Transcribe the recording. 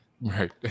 right